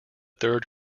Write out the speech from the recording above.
third